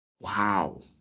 Wow